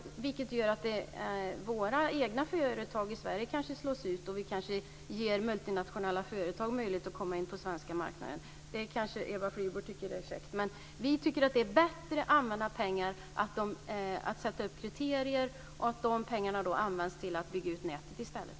Det skulle innebära att våra egna, svenska företag kanske skulle slås ut, medan vi ger multinationella företag möjlighet att komma in på den svenska marknaden. Det kanske Eva Flyborg tycker är käckt. Men vi tycker att det är bättre att sätta upp kriterier och sedan använda pengarna till att bygga ut nätet i stället.